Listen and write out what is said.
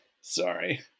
Sorry